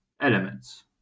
elements